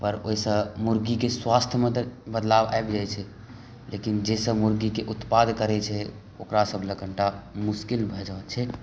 पर ओहिसॅं मुर्गीके स्वास्थ्यमे तऽ बदलाव आबि जाइ छै लेकिन जाहिसॅं मुर्गीके उत्पाद करे छै ओकरा सबलए कनी मुस्किल भऽ जाइ छै